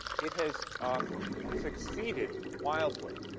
it has um succeeded wildly.